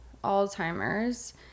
Alzheimer's